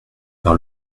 par